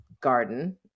garden